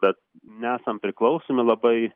bet nesam priklausomi labai